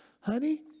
honey